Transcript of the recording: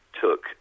took